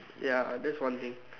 ya that's one thing